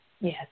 Yes